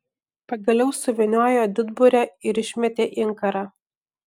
pagaliau suvyniojo didburę ir išmetė inkarą